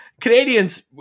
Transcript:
Canadians